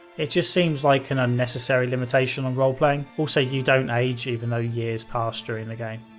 it just seems like an unnecessary limitation on roleplaying. also, you don't age even though years pass during the game.